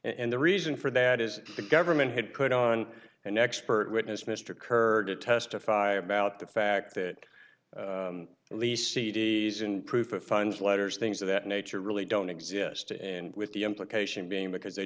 and the reason for that is the government had put on an expert witness mr kerr to testify about the fact that at least cd's and proof of funds letters things of that nature really don't exist in with the implication being because they